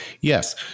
Yes